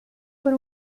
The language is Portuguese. por